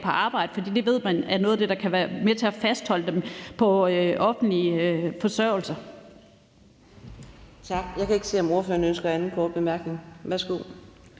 på arbejde, for det ved man er noget af det, der kan være med til at fastholde dem på offentlig forsørgelse.